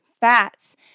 fats